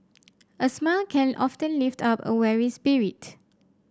a smile can often lift up a weary spirit